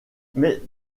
mais